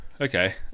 okay